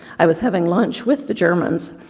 i was having lunch with the germans,